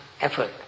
effort